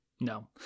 no